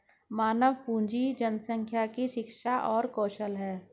मानव पूंजी जनसंख्या की शिक्षा और कौशल है